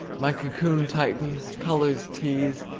my cocoon tightens, colors tease,